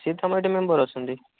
ସିଏ ତ ଆମ ଏଇଠି ମେମ୍ବର୍ ଅଛନ୍ତି